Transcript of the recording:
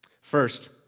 First